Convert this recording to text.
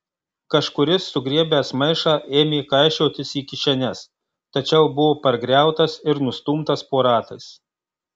kažkuris sugriebęs maišą ėmė kaišiotis į kišenes tačiau buvo pargriautas ir nustumtas po ratais